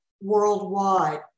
worldwide